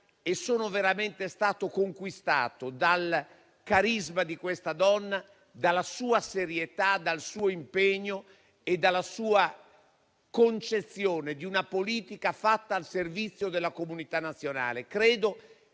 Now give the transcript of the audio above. e sono veramente stato conquistato dal carisma di questa donna, dalla sua serietà, dal suo impegno e dalla sua concezione di una politica fatta al servizio della comunità nazionale. Credo